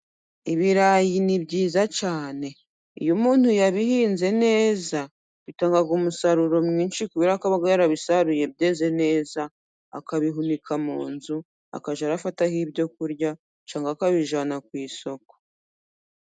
Ibirayi ni byiza cyane ,iyo umuntu yabihinze neza bitanga umusaruro mwinshi kubera kubera ko aba yarabisaruye byeze neza ,akabihunika mu nzu akajya afataho ibyo kurya, cyangwa abijyana ku isoko.